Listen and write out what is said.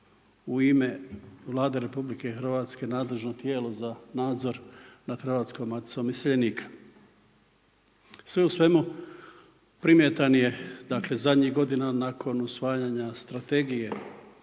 u ime Vlade Republike Hrvatske nadležno tijelo za nadzor nad Hrvatskom maticom iseljenika. Sve u svemu, primjetan je zadnjih godina nakon usvajanja strategije